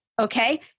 okay